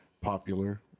popular